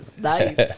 nice